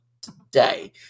today